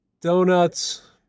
Donuts